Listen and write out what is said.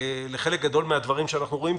לחלק גדול מן הדברים שאנחנו רואים,